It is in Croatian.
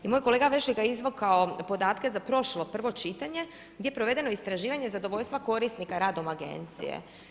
I moj kolega Vešligaj izvukao je podatke za prošlo, prvo čitanje, gdje je provedeno istraživanje zadovoljstva korisnika radom Agencije.